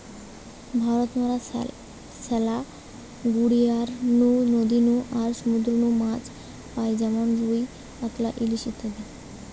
ভারত মরা ম্যালা গড়িয়ার নু, নদী নু আর সমুদ্র নু মাছ পাই যেমন রুই, কাতলা, ইলিশ ইত্যাদি